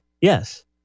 yes